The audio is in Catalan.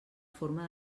forma